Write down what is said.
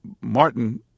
Martin